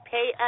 Pay